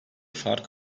fark